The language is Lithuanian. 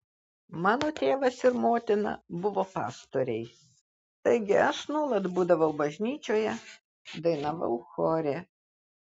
mano tėvas ir motina buvo pastoriai taigi aš nuolat būdavau bažnyčioje dainavau chore